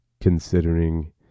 considering